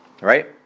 right